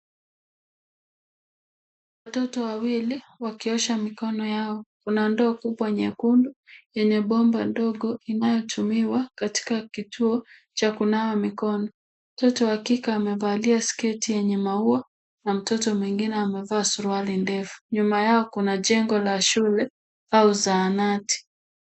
Watoto wawili wakiosha mikono yao. Kuna ndoo kubwa nyekundu yenye bomba ndogo inayotumiwa katika kituo cha kunawa mikono. Mtoto wa kike amevalia sketi yenye maua na mtoto mwingine amevaa suruali ndefu. Nyuma yao kuna jengo la shule au zahanati.